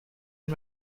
and